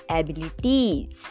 abilities